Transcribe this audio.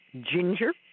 ginger